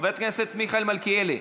חבר הכנסת מיכאל מלכיאלי,